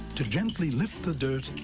to gently lift the dirt,